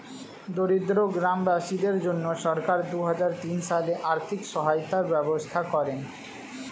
দরিদ্র গ্রামবাসীদের জন্য সরকার দুহাজার তিন সালে আর্থিক সহায়তার ব্যবস্থা করেন